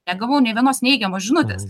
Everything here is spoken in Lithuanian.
negavau nė vienos neigiamos žinutės